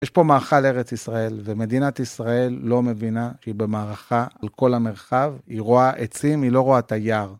יש פה מאכל ארץ ישראל, ומדינת ישראל לא מבינה שהיא במערכה על כל המרחב, היא רואה עצים, היא לא רואה את היער.